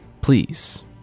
Please